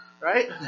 Right